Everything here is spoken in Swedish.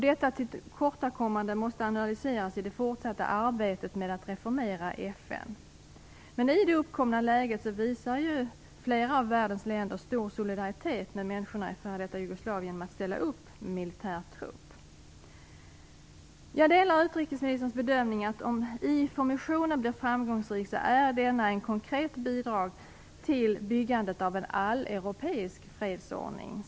Detta tillkortakommande måste analyseras i det fortsatta arbetet med att reformera FN. I det uppkomna läget visar flera av världens länder stor solidaritet med människorna i f.d. Jugoslavien genom att ställa upp med militär trupp. Jag delar utrikesministerns bedömning att om IFOR-missionen blir framgångsrik är denna ett konkret bidrag till byggandet av en alleuropeisk fredsordning.